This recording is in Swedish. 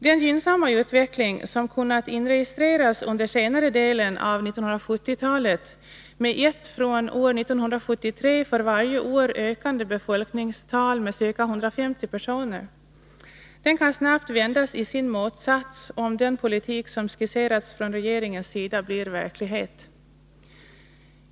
Den gynnsamma utveckling som kunnat inregistreras under senare delen av 1970-talet med ett från år 1973 för varje år med ca 150 personer ökande befolkningstal kan snabbt vändas i sin motsats, om den politik som skisserats från regeringens sida blir verklighet.